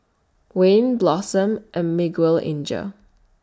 Wayne Blossom and Miguelangel